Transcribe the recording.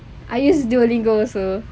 I use duolingo also